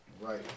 Right